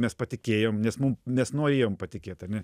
mes patikėjom nes mum nes norėjom patikėt ar ne